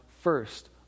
first